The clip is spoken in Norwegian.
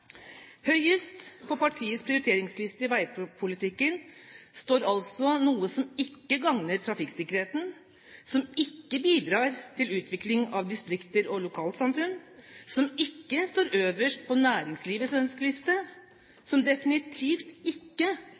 Høyest på partiets prioriteringsliste i veipolitikken står altså noe som ikke gagner trafikksikkerheten, som ikke bidrar til utvikling av distrikter og lokalsamfunn, som ikke står øverst på næringslivets ønskeliste, som definitivt ikke